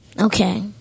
Okay